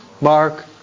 Mark